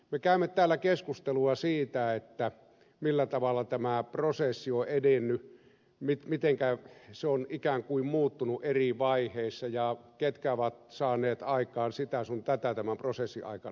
me käymme täällä keskustelua siitä millä tavalla tämä prosessi on edennyt miten se on ikään kuin muuttunut eri vaiheissa ja ketkä ovat saaneet aikaan sitä sun tätä tämän prosessin aikana